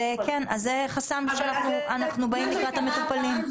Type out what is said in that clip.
זה חסם שלנו, אנחנו באים לקראת המטופלים.